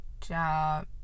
job